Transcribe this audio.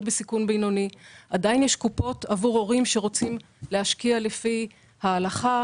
בסיכון בינוני; עדיין יש קופות עבור הורים שרוצים להשקיע לפי ההלכה,